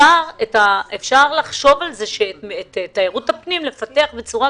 אפשר לחשוב על לפתח את תיירות הפנים,